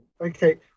Okay